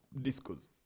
discos